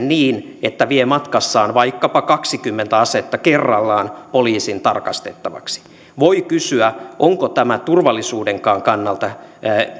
niin että vie matkassaan vaikkapa kaksikymmentä asetta kerrallaan poliisin tarkastettavaksi voi kysyä onko tämä turvallisuudenkaan kannalta